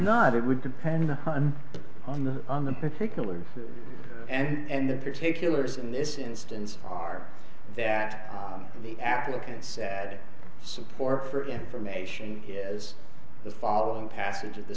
not it would depend on the on the particulars and the particulars in this instance are that the applicant said support for information is the following passage of the